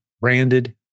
Branded